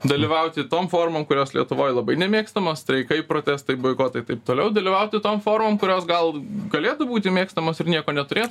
dalyvauti tom formom kurios lietuvoj labai nemėgstamos streikai protestai boikotai taip toliau dalyvauti tom formom kurios gal galėtų būti mėgstamos ir nieko neturėt